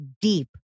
deep